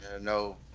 No